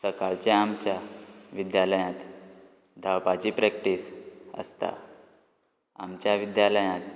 सकाळचें आमच्या विद्यालयात धावपाची प्रॅक्टीस आसता आमच्या विद्यालयांत